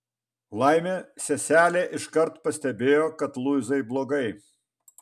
laimė seselė iškart pastebėjo kad luizai blogai